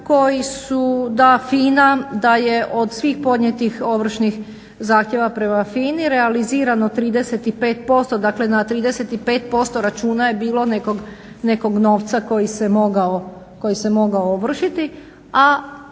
da FINA, da je od svih podnijetih ovršnih prema FINA-i realizirano 35%. Dakle na 35% računa je bilo nekog novca koji se mogao ovršiti,